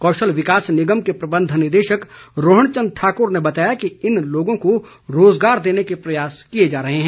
कौशल विकास निगम के प्रबंध निदेशक रोहण चंद ठाकुर ने बताया कि इन लोगों को रोजगार देने के प्रयास किए जा रहे हैं